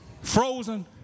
frozen